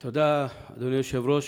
תודה, אדוני היושב-ראש.